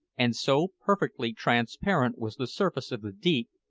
and so perfectly transparent was the surface of the deep,